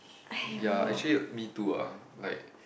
ya actually me too ah like